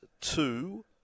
two